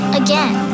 again